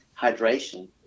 hydration